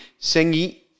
Sengi